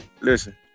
Listen